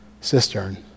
cistern